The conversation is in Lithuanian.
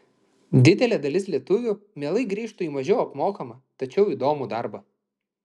didelė dalis lietuvių mielai grįžtų į mažiau apmokamą tačiau įdomų darbą